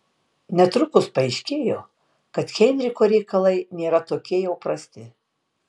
netrukus paaiškėjo kad heinricho reikalai nėra tokie jau prasti